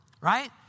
right